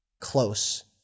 close